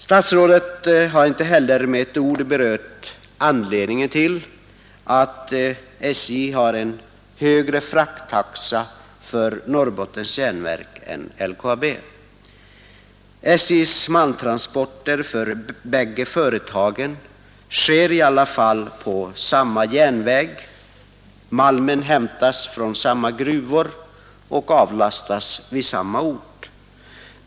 Statsrådet har inte heller med ett ord berört anledningen till att SJ har en högre frakttaxa för Norrbottens Järnverk än för LKAB. SJ:s malmtransporter för bägge företagen sker i alla fall på samma järnväg. Malmen hämtas från samma gruvor och avlastas vid samma ort.